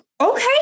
okay